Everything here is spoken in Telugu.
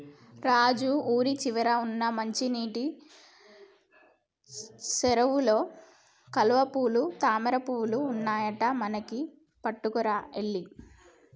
రాజు ఊరి చివర వున్న మంచినీటి సెరువులో కలువపూలు తామరపువులు ఉన్నాయట మనకి పట్టుకురా ఎల్లి